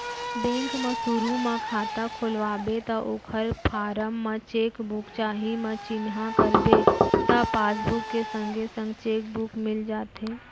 bank म सुरू म खाता खोलवाबे त ओकर फारम म चेक बुक चाही म चिन्हा करबे त पासबुक के संगे संग चेक बुक मिल जाथे